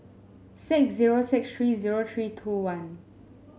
six zero six three zero three two one